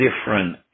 different